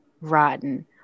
rotten